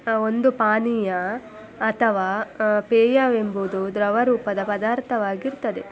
ಒಂದು ಪಾನೀಯ ಅಥವಾ ಪೇಯವೆಂಬುದು ದ್ರವ ರೂಪದ ಪದಾರ್ಥವಾಗಿರ್ತದೆ